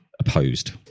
opposed